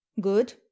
good